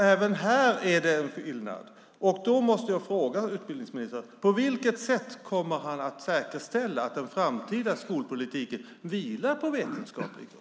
Även här är det alltså en skillnad. På vilket sätt kommer utbildningsministern att säkerställa att den framtida skolpolitiken vilar på vetenskaplig grund?